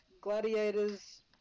gladiators